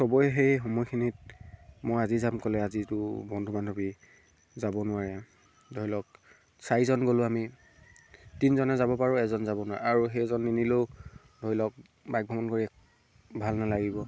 চবেই সেই সময়খিনিত মই আজি যাম ক'লে আজিতো বন্ধু বান্ধৱী যাব নোৱাৰে ধৰি লওক চাৰিজন গ'লোঁ আমি তিনিজনে যাব পাৰোঁ এজন যাব নোৱাৰে আৰু সেইজন নিনিলেও ধৰি লওক বাইক ভ্ৰমণ কৰি ভাল নালাগিব